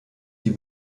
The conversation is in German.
die